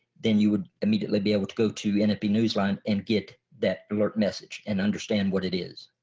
then you would immediately be able to go to and nfb-newsline and get that alert message and understand what it is.